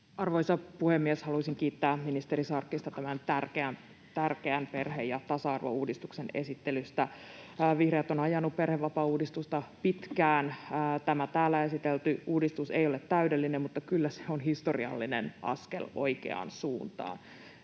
Arvoisa puhemies! Haluaisin kiittää ministeri Sarkkista tämän tärkeän tärkeän perhe- ja tasa-arvouudistuksen esittelystä. Vihreät on ajanut perhevapaauudistusta pitkään. Tämä täällä esitelty uudistus ei ole täydellinen, mutta kyllä se on historiallinen askel oikeaan suuntaan.